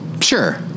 Sure